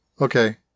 Okay